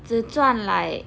只赚 like